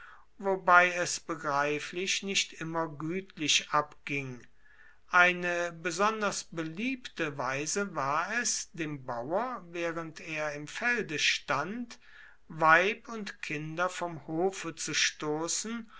wobei es begreiflich nicht immer gütlich abging eine besonders beliebte weise war es dem bauer während er im felde stand weib und kinder vom hofe zu stoßen